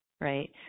right